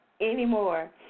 anymore